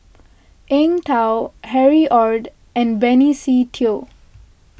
Eng Tow Harry Ord and Benny Se Teo